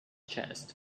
chest